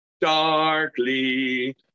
darkly